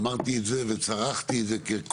אמרתי את זה וצרחתי את זה ככרוכיה